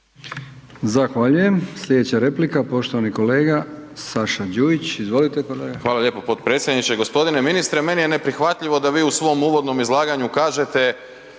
Zahvaljujem. Sljedeća replika, poštovani kolega Saša Đujić, izvolite kolega. **Đujić, Saša (SDP)** Hvala lijepo potpredsjedniče. G. ministre, meni je neprihvatljivo da vi u svom uvodnom izlaganju kažete,